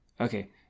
Okay